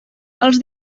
els